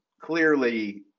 clearly